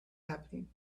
happening